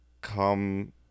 come